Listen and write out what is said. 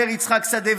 אמר יצחק שדה,